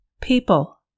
People